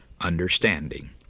understanding